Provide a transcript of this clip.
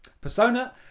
persona